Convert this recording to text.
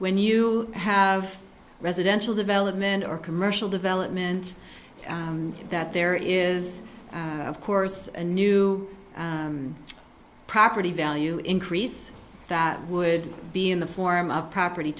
when you have residential development or commercial development that there is of course a new property value increase that would be in the form of property